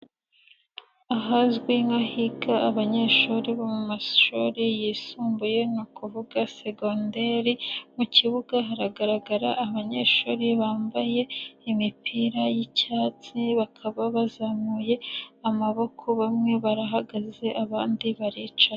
Ahazwi nk'ahiga abanyeshuri bo mu mashuri yisumbuye ni ukuvuga segonderi, mu kibuga haragaragara abanyeshuri bambaye imipira y'icyatsi bakaba bazamuye amaboko, bamwe barahagaze abandi baricaye.